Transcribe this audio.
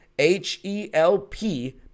H-E-L-P